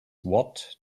watt